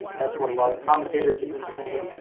that's what a lot of commentators have been saying.